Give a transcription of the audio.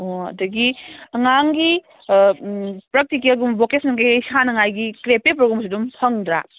ꯑꯣ ꯑꯗꯒꯤ ꯑꯉꯥꯡꯒꯤ ꯄ꯭ꯔꯦꯛꯇꯤꯀꯦꯜꯒꯨꯝ ꯚꯣꯀꯦꯁꯅꯦꯜ ꯀꯩꯀꯩ ꯁꯥꯅꯉꯥꯏꯒꯤ ꯀ꯭ꯔꯤꯌꯦꯠ ꯄꯦꯄꯔꯒꯨꯝꯕꯁꯨ ꯑꯗꯨꯝ ꯐꯪꯗ꯭ꯔꯥ